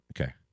okay